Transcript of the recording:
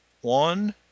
One